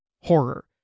horror